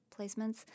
placements